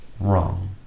wrong